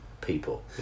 people